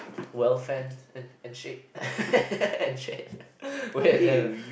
well fan and and shake and shake where there